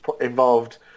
involved